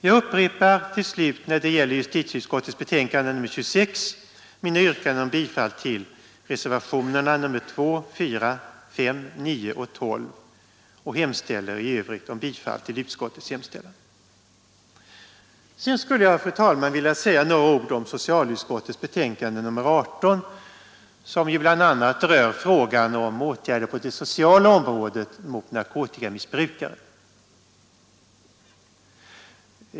Jag upprepar till slut, när det gäller justitieutskottets betänkande nr 26, mina yrkanden om bifall till reservationerna 2, 4, 5, 9 och 12 samt yrkar i övrigt bifall till utskottets hemställan. Sedan skulle jag, fru talman, vilja säga några ord om socialutskottets betänkande nr 18, som ju bl.a. rör frågan om åtgärder på det sociala området mot narkotikamissbrukare.